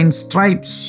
stripes